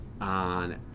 on